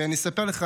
ואני אספר לך.